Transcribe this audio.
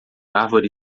árvore